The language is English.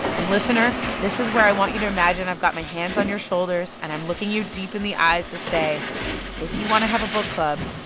and, listener, this is where i want you to imagine i've got my hands on your shoulders and i'm looking you deep in the eyes to say if you want to have a book club,